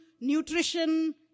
nutrition